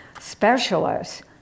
specialists